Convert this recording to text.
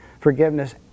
forgiveness